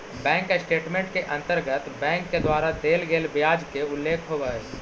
bank statement के अंतर्गत bank के द्वारा देल गेल ब्याज के उल्लेख होवऽ हइ